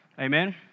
Amen